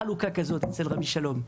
לא הייתה חלוקה כזאת אצל רבי שלום,